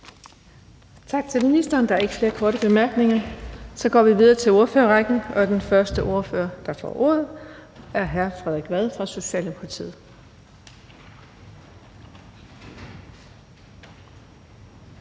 Tak til ministeren. Der er ikke flere korte bemærkninger. Så går vi videre til ordførerrækken. Den første ordfører, der får ordet, er hr. Frederik Vad fra Socialdemokratiet.